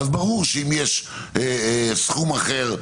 ברור שאם יש סכום אחר,